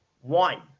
one